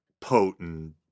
potent